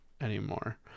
anymore